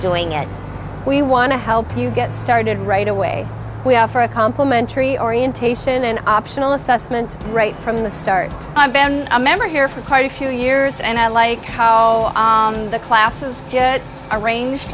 doing it we want to help you get started right away we offer a complementary orientation an optional assessment right from the start i'm ben a member here for quite a few years and i like how the classes are arranged